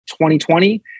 2020